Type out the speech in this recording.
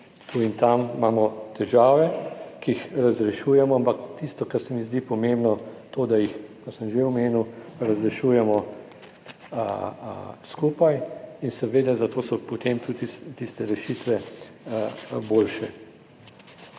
tu in tam imamo težave, ki jih razrešujemo. Ampak tisto, kar se mi zdi pomembno, to, da jih, kar sem že omenil, razrešujemo skupaj in seveda zato so potem tudi tiste rešitve boljše.